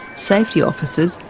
safety officers,